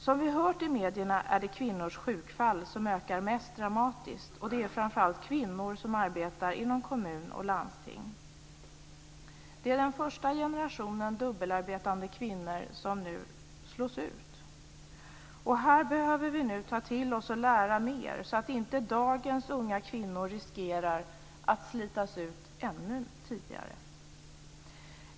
Som vi har hört i medierna är det kvinnors sjukfall som ökar mest dramatiskt, och det gäller framför allt kvinnor som arbetar inom kommuner och landsting. Det är den första generationen dubbelarbetande kvinnor som nu slås ut. Det här behöver vi nu ta till oss, och vi behöver lära mer, så att inte dagens unga kvinnor riskerar att slitas ut ännu tidigare.